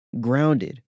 grounded